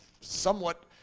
somewhat